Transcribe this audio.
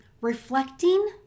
reflecting